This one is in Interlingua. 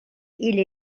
ille